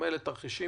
בדומה לתרחישים